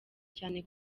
cyane